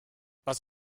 was